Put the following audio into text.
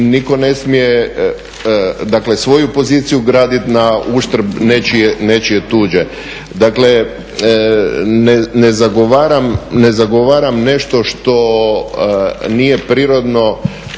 nitko ne smije, dakle svoju poziciju graditi na uštrb nečije tuđe. Dakle, ne zagovaram nešto što nije prirodno